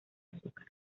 azúcar